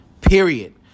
Period